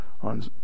on